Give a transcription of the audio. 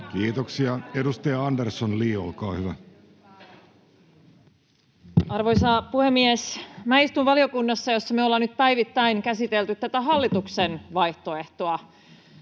Kiitoksia. — Edustaja Andersson, Li, olkaa hyvä. Arvoisa puhemies! Istun valiokunnassa, jossa me ollaan nyt päivittäin käsitelty tätä hallituksen vaihtoehtoa: